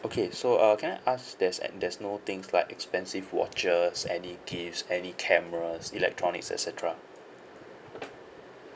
okay so uh can I ask there's an there's no things like expensive watches any gifts any cameras electronics et cetera